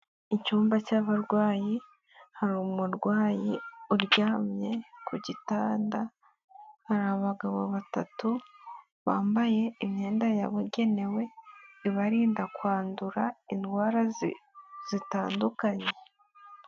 Icyumba cy'abarwayi hari umurwayi uryamye ku gitanda, hari abagabo batatu bambaye imyenda yabugenewe ibarinda kwandura indwara zitandukanye.